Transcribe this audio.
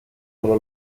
solo